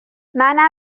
منم